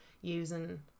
using